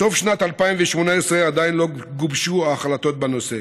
סוף שנת 2018, עדיין לא גובשו החלטות בנושא.